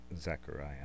Zechariah